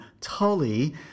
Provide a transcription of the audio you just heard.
Tully